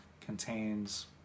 contains